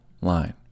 line